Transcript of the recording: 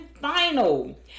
final